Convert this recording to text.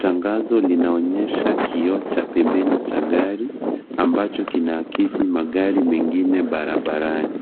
Tangazo linaonyesha kioo cha pembeni cha gari, ambacho kinaakisi magari mengine barabarani.